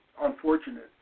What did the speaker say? unfortunate